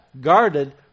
guarded